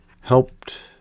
Helped